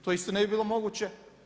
To isto ne bi bilo moguće.